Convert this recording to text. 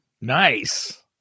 Nice